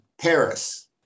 Paris